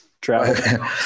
travel